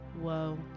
Whoa